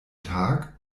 tag